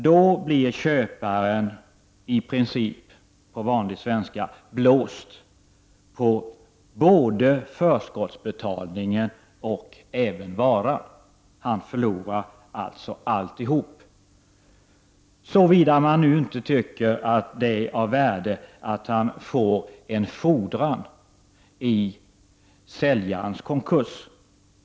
Då blir köparen i princip, uttryckt på vanlig svenska, blåst på både förskottsbetalningen och varan. Han förlorar alltså alltihop. Det gäller åtminstone såvida man inte tycker att det är av värde att han får en fordran i säljarens konkurs.